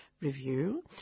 Review